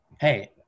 Hey